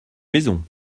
maison